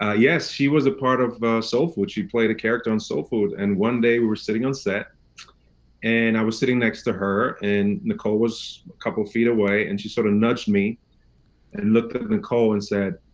ah yes, she was a part of soul food. she played a character on soul food and one day we were sitting on set and i was sitting next to her and nicole was a couple feet away and she sorta sort of nudged me and looked at nicole and said,